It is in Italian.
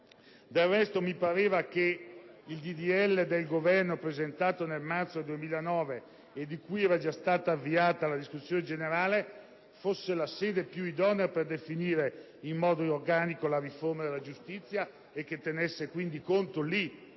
Del resto, mi pareva che il disegno di legge del Governo presentato nel marzo 2009, e di cui era già stata avviata la discussione generale, fosse la sede più idonea per definire in modo organico la riforma della giustizia e che tenesse quindi conto